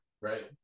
right